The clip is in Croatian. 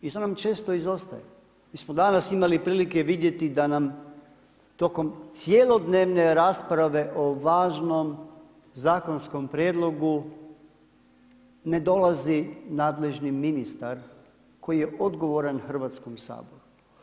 I to nam često izostaje, mi smo danas imali prilike vidjeti da nam tokom cjelodnevne rasprave o važnom zakonskom prijedlogu ne dolazi nadležni ministar koji je odgovoran Hrvatskom saboru.